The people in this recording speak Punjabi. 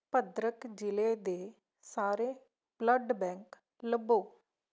ਭਦਰਕ ਜ਼ਿਲ੍ਹੇ ਦੇ ਸਾਰੇ ਬਲੱਡ ਬੈਂਕ ਲੱਭੋ